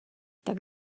tak